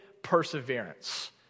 perseverance